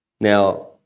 Now